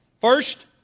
First